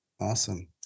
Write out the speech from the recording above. Awesome